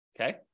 Okay